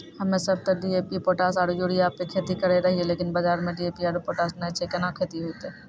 हम्मे सब ते डी.ए.पी पोटास आरु यूरिया पे खेती करे रहियै लेकिन बाजार मे डी.ए.पी आरु पोटास नैय छैय कैना खेती होते?